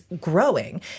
growing